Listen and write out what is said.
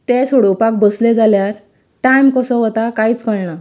तें सोडोवपाक बसले जाल्यार टायम कसो वता कांयच कळना